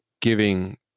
giving